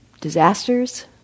disasters